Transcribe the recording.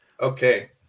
Okay